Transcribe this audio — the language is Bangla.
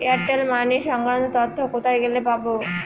এয়ারটেল মানি সংক্রান্ত তথ্য কোথায় গেলে পাব?